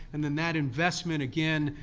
and then that investment again,